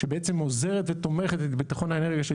שבעצם עוזרת ותומכת את ביטחון האנרגיה של